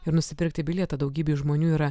ir nusipirkti bilietą daugybei žmonių yra